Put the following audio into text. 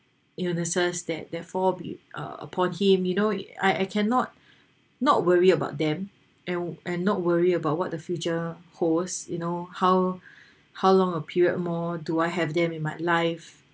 illnesses that therefore be uh upon him you know I I cannot not worry about them and and not worry about what the future holds you know how how long a period more do I have them in my life